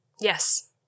yes